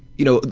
you know,